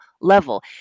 level